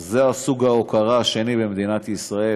אז זה סוג ההוקרה השני במדינת ישראל,